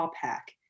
pack